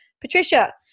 Patricia